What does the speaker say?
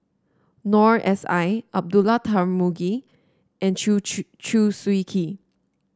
Noor S I Abdullah Tarmugi and Chew Chew Chew Swee Kee